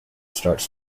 starts